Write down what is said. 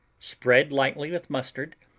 spread lightly with mustard,